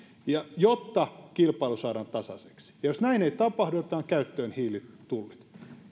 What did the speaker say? jotta kilpailu saadaan tasaiseksi ja jos näin ei tapahdu otetaan käyttöön hiilitullit